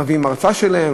מביאים מרצה שלהן,